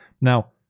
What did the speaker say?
Now